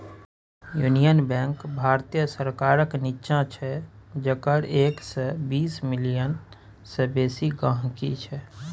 union bank भारतीय सरकारक निच्चां छै जकर एक सय बीस मिलियन सय बेसी गांहिकी छै